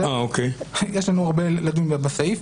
יש לנו הרבה לדון בסעיף.